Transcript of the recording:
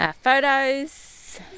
photos